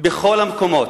בכל המקומות,